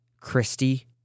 Christy